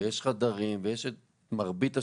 יש חדרים ומרבית השירותים,